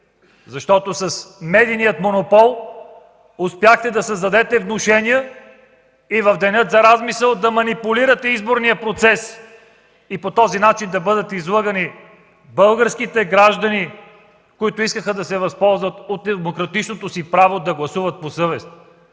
С медийния монопол успяхте да създадете внушения и в деня за размисъл да манипулирате изборния процес, а по този начин да бъдат излъгани българските граждани, които искаха да се възползват от демократичното си право да гласуват по съвест.